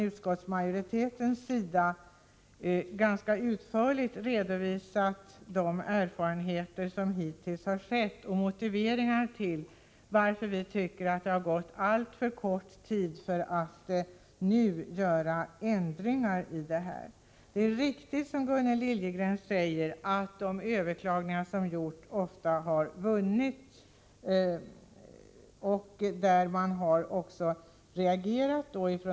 Utskottsmajoriteten har ganska utförligt redovisat de erfarenheter som hittills finns och motiveringarna till att vi tycker att det har gått alltför kort tid för att nu företa ändringar. Det är riktigt, som Gunnel Liljegren säger, att de överklagningar som har gjorts ofta har vunnit bifall.